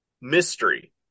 mystery